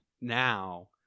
now